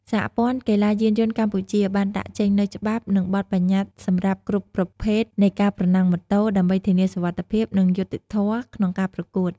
សហព័ន្ធកីឡាយានយន្តកម្ពុជា បានដាក់ចេញនូវច្បាប់ និងបទបញ្ញត្តិសម្រាប់គ្រប់ប្រភេទនៃការប្រណាំងម៉ូតូ ដើម្បីធានាសុវត្ថិភាព និងយុត្តិធម៌ក្នុងការប្រកួត។